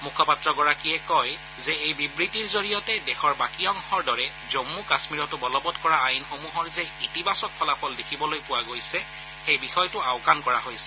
মুখপাত্ৰগৰাকীয়ে কয় যে এই বিবৃতিৰ জৰিয়তে দেশৰ বাকী অংশৰ দৰে জম্মু কাশ্মীৰতো বলবং কৰা আইনসমূহৰ যে ইতিবাচক ফলাফল দেখিবলৈ পোৱা গৈছে সেই বিষয়টো আওকাণ কৰা হৈছে